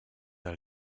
del